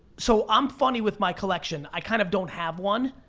so i'm funny with my collection. i kind of don't have one.